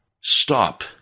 Stop